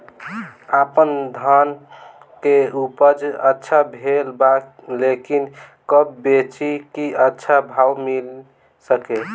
आपनधान के उपज अच्छा भेल बा लेकिन कब बेची कि अच्छा भाव मिल सके?